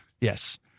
Yes